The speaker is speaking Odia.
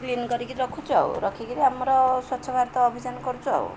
କ୍ଲିନ କରିକି ରଖୁଛୁ ଆଉ ରଖିକିରି ଆମର ସ୍ୱଚ୍ଛ ଭାରତ ଅଭିଯାନ କରୁଛୁ ଆଉ